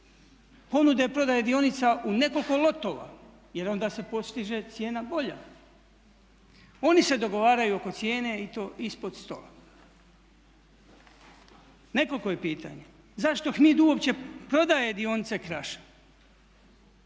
ponude prodaje dionica u nekoliko lotova jer onda se postiže cijena bolja. Oni se dogovaraju oko cijene i to ispod stola. Nekoliko je pitanje, zašto HMID uopće prodaje dionice Kraša.